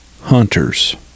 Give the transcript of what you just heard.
hunters